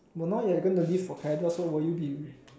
no now you're gonna leave for Canada so will you be